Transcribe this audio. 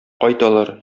кайталар